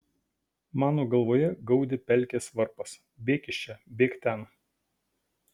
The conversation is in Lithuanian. mano galvoje gaudė pelkės varpas bėk iš čia bėk ten